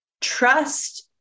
trust